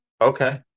Okay